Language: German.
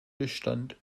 bestand